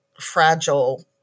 fragile